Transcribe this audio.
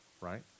Right